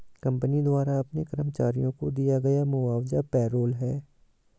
company द्वारा अपने कर्मचारियों को दिया गया मुआवजा पेरोल है